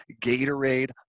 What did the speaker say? Gatorade